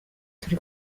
turi